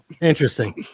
interesting